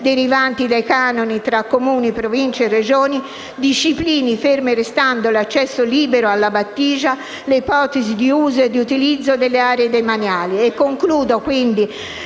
derivanti dai canoni tra Comuni, Province e Regioni; i) disciplini, fermo restando l'accesso libero alla battigia, le ipotesi di uso o di utilizzo delle aree demaniali.